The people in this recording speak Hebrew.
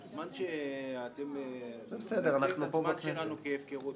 אתם מוותרים על הזמן שלנו כהפקרות.